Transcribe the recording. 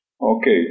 Okay